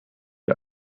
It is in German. wir